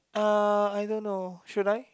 (uh)I don't know should I